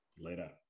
later